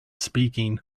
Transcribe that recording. speaking